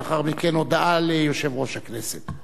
לאחר מכן, הודעה ליושב-ראש הכנסת.